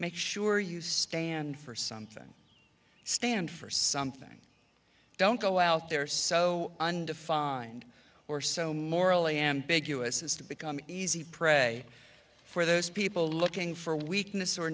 make sure you stand for something stand for something don't go out there so undefined or so morally ambiguous as to become easy prey for those people looking for weakness or